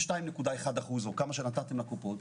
הייתי יחד איתם כחבר קואליציה.